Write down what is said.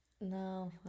no